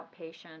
outpatient